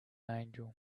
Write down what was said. angel